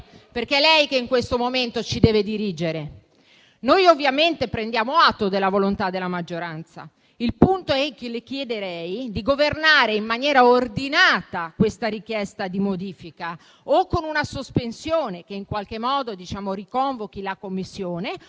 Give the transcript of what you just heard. rivolgo a lei, che in questo momento ci deve dirigere: noi ovviamente prendiamo atto della volontà della maggioranza. Le chiederei di governare in maniera ordinata questa richiesta di modifica con una sospensione, affinché si riconvochi la Commissione,